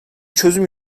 çözüm